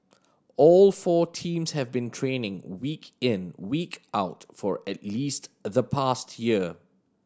all four teams have been training week in week out for at least the past year